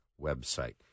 website